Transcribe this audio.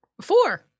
four